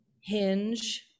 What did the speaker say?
Hinge